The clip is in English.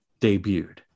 debuted